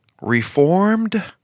Reformed